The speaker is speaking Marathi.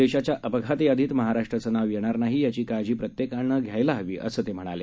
देशाच्याअपघातयादीतमहाराष्ट्राचंनावयेणारनाहीयाचीकाळजीप्रत्येकानंघ्यायलाहवीअ संतेम्हणाले